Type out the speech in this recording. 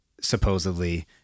supposedly